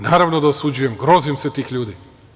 Naravno da osuđujem, grozim se tih ljudi.